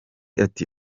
ati